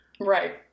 Right